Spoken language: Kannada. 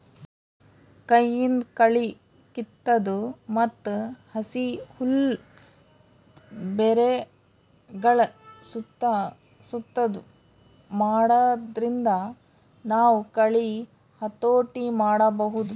ಕೈಯಿಂದ್ ಕಳಿ ಕಿತ್ತದು ಮತ್ತ್ ಹಸಿ ಹುಲ್ಲ್ ಬೆರಗಳ್ ಸುತ್ತಾ ಸುತ್ತದು ಮಾಡಾದ್ರಿಂದ ನಾವ್ ಕಳಿ ಹತೋಟಿ ಮಾಡಬಹುದ್